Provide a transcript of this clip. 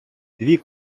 дві